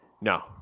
No